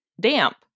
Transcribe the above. damp